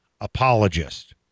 apologist